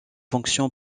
fonction